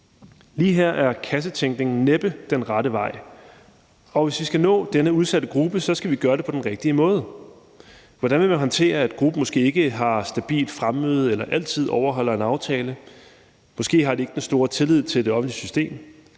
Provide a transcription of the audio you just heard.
Lige her er kassetænkning næppe den rette vej. Og hvis vi skal nå denne udsatte gruppe, skal vi gøre det på den rigtige måde. Hvordan vil man håndtere, at gruppen måske ikke har stabilt fremmøde eller altid overholder en aftale? Måske har de ikke den store tillid til det offentlige system.